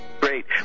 Great